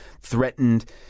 threatened